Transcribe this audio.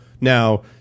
Now